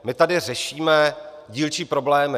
My tady řešíme dílčí problémy.